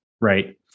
right